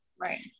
Right